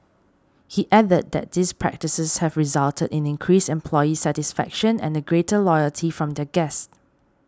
he added that these practices have resulted in increased employee satisfaction and a greater loyalty from their guests